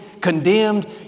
condemned